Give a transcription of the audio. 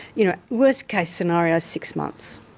you know worst case scenario six months.